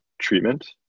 treatment